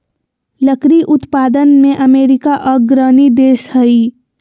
लकड़ी उत्पादन में अमेरिका अग्रणी देश हइ